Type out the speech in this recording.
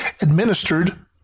administered